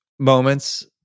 Moments